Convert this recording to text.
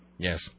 Yes